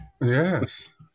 Yes